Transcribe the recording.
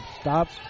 stops